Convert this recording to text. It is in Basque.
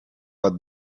bat